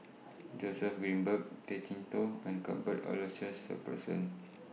Joseph Grimberg Tay Chee Toh and Cuthbert Aloysius Shepherdson